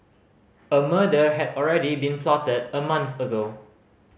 a murder had already been plotted a month ago